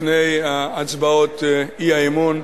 לפני הצעות האי-אמון,